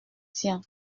tian